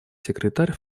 секретарь